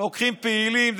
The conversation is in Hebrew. לוקחים פעילים,